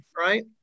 right